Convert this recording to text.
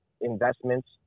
investments